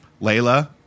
Layla